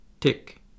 tick